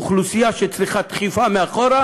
אוכלוסייה שצריכה דחיפה מאחור,